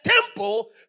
temple